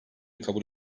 kabul